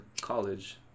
college